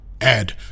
Add